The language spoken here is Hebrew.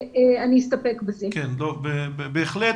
בהחלט.